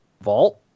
vault